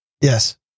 Yes